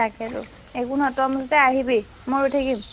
সেইটো একো নহয় তই মুঠতে আহিবি মই ৰৈ থাকিম